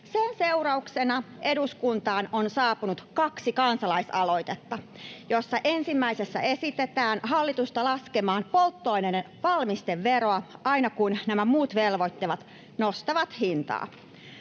sen seurauksena eduskuntaan on saapunut kaksi kansalaisaloitetta, joista ensimmäisessä esitetään hallitusta laskemaan polttoaineiden valmisteveroa aina kun nämä muut velvoitteet nostavat hintaa.